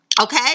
Okay